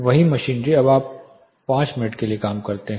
वही मशीनरी जब आप 5 मिनट के लिए काम करते हैं